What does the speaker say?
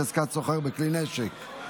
חזקת סוחר בכלי נשק),